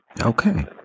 Okay